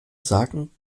sagen